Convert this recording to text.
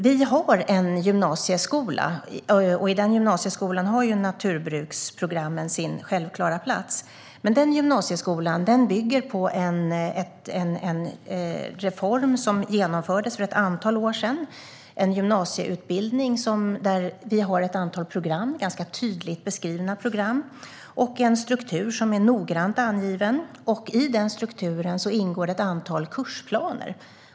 Vi har en gymnasieskola, och i denna gymnasieskola har naturbruksprogrammen sin självklara plats. Men denna gymnasieskola bygger på en reform som genomfördes för ett antal år sedan. Det är en gymnasieutbildning med ett antal tydligt beskrivna program och en struktur som är noggrant angiven. I denna struktur ingår det ett antal kursplaner.